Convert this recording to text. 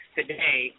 today